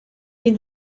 then